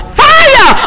fire